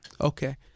Okay